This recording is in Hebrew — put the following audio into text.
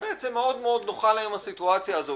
ובעצם מאוד מאוד נוחה להן הסיטואציה הזו,